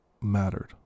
mattered